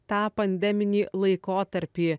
tą pandeminį laikotarpį